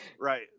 Right